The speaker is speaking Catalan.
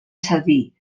cedir